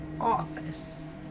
office